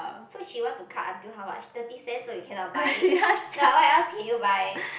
so she want to cut until how much thirty cent so you cannot buy like what else can you buy